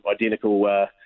identical